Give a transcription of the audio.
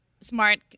smart